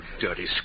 dirty